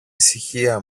ησυχία